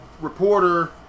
reporter